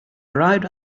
arrived